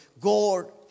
God